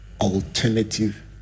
alternative